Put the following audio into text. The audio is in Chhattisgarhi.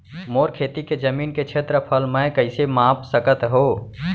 मोर खेती के जमीन के क्षेत्रफल मैं कइसे माप सकत हो?